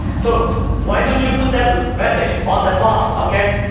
so, why don't you put that ah message on the box, ok.